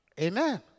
Amen